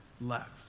left